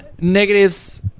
Negatives